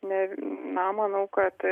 ne na manau kad